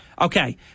Okay